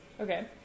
Okay